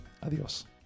Adiós